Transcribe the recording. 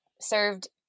served